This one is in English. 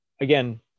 again